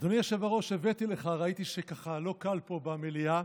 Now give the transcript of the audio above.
אדוני היושב-ראש, ראיתי שככה לא קל פה במליאה,